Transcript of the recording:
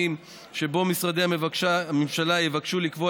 שבה ייבחנו ההסדרים השונים שמשרדי הממשלה יבקשו לקבוע